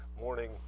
morning